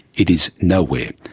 it is nowhere.